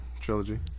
trilogy